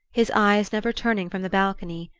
his eyes never turning from the balcony.